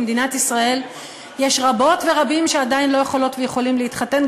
במדינת ישראל יש רבות ורבים שעדיין לא יכולות ויכולים להתחתן,